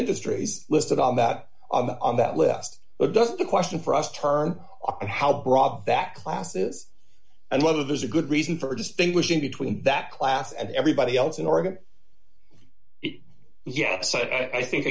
industries listed on that on that list but doesn't the question for us turn a how broad that classes and whether there's a good reason for distinguishing between that class and everybody else in oregon yes i think